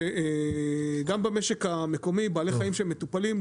שגם במשק המקומי בעלי חיים שהם מטופלים,